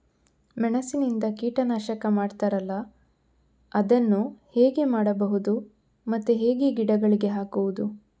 ಮೆಣಸಿನಿಂದ ಕೀಟನಾಶಕ ಮಾಡ್ತಾರಲ್ಲ, ಅದನ್ನು ಹೇಗೆ ಮಾಡಬಹುದು ಮತ್ತೆ ಹೇಗೆ ಗಿಡಗಳಿಗೆ ಹಾಕುವುದು?